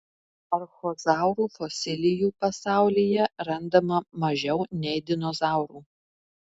archozaurų fosilijų pasaulyje randama mažiau nei dinozaurų